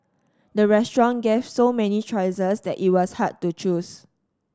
the restaurant gave so many choices that it was hard to choose